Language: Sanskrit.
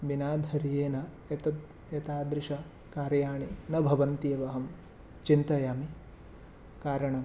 विना धैर्येण एतत् एतादृशकार्याणि न भवन्ति एव अहं चिन्तयामि कारणं